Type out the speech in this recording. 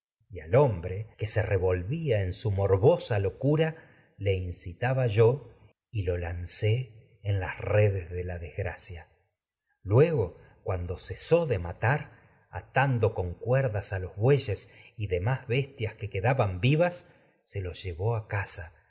y al hombre que se revolvía locura le incitaba yo y en su morbosa de la lo lancé cesó en las redes desgracia cuerdas a luego los cuando y de matar que atando con bueyes demás bestias quedaban vivas ducía se no los llevó un a casa